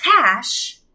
cash